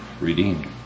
redeemed